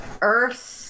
Earth